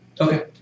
Okay